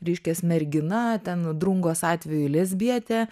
reiškias mergina ten drungos atveju lesbietė